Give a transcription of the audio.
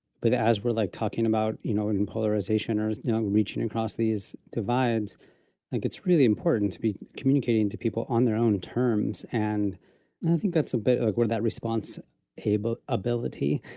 with as we're like talking about, you know, an and polarization or, you know, reaching across these divides, think it's really important to be communicating to people on their own terms. and i think that's a bit of where that response haibo ability,